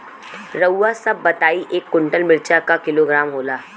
रउआ सभ बताई एक कुन्टल मिर्चा क किलोग्राम होला?